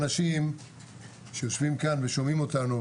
אתה והאנשים שיושבים כאן ושומעים אותנו,